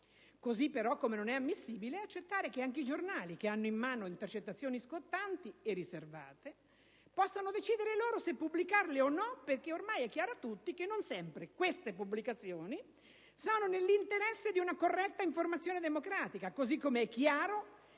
come, però, non è ammissibile accettare che anche i giornali che hanno in mano intercettazioni scottanti e riservate possano decidere loro se pubblicarle o no, perché ormai è chiaro a tutti che non sempre queste pubblicazioni sono nell'interesse di una corretta informazione democratica; così come è chiaro